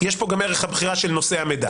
יש פה גם ערך הבחירה של נושא המידע.